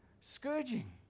scourging